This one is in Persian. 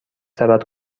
سبد